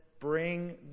bring